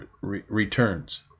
returns